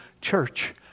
church